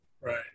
Right